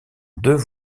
deux